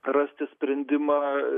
rasti sprendimą